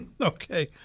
Okay